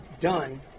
done